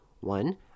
One